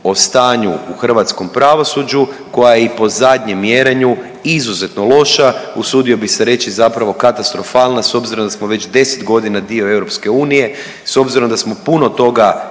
o stanju u hrvatskom pravosuđu koja je i po zadnjem mjerenju izuzetno loša, usudio bih se reći zapravo katastrofalna s obzirom da smo već 10 godina dio EU, s obzirom da smo puno toga